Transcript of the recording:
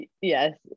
yes